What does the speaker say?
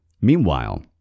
meanwhile